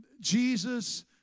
Jesus